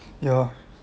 ya